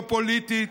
לא פוליטית,